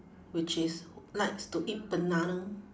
which is likes to eat banana